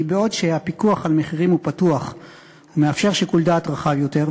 כי בעוד שהפיקוח על המחירים הוא פתוח ומאפשר שיקול דעת רחב יותר,